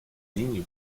ligne